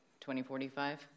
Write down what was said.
2045